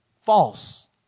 False